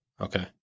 Okay